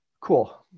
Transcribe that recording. Cool